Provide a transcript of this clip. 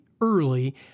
early